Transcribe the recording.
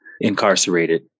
incarcerated